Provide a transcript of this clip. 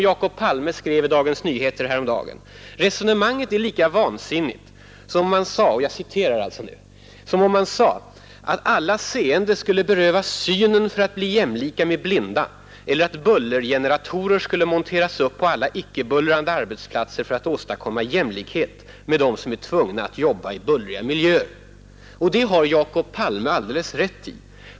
Jacob Palme skrev i Dagens Nyheter häromdagen: ”Resonemanget är lika vansinnigt som om man sade att alla seende skulle berövas synen för att bli jämlika med blinda eller att bullergeneratorer skulle monteras upp på alla icke bullrande arbetsplatser för att åstadkomma jämlikhet med dem som är tvungna att jobba i bullriga miljöer.” Och det har Jacob Palme alldeles rätt i.